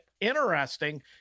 interesting